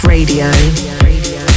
Radio